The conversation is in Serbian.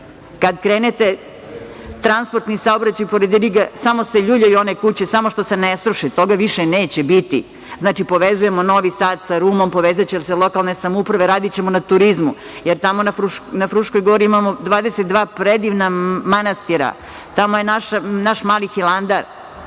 Kad krenete, transportni saobraćaj pored Iriga samo se ljuljaju one kuće, samo što se ne sruše. Toga više neće biti. Znači, povezujemo Novi Sad sa Rumom, povezaće se lokalne samouprave, radićemo na turizmu. Jer, tamo, na Fruškoj gori imamo 22 predivna manastira, tamo je naš mali Hilandar.